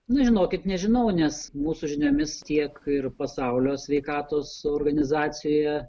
nu žinokit nežinau nes mūsų žiniomis tiek ir pasaulio sveikatos organizacija